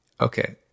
okay